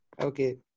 okay